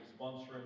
sponsoring